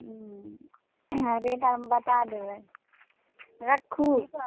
हुँ आ रेट आर बता देबै रखू